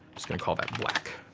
just gonna call that black.